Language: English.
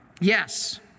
Yes